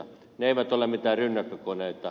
ne eivät ole mitään rynnäkkökoneita